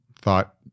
thought